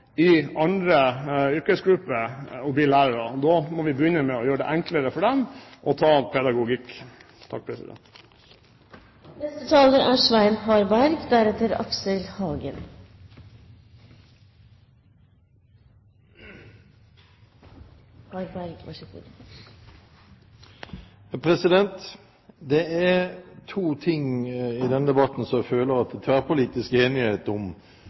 i andre yrkesgrupper å bli lærere. Da må vi begynne med å gjøre det enklere for dem å ta pedagogikk. Det er to ting i denne debatten som jeg føler at det er tverrpolitisk enighet om, og som preger skolepolitikken. Det ene er at Kunnskapsløftet er en viktig og god satsing som